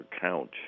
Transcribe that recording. count